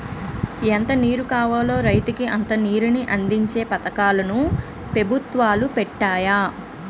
ఎంత నీరు కావాలో రైతుకి అంత నీరుని అందించే పథకాలు ను పెభుత్వాలు పెట్టాయి